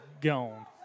gone